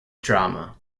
drama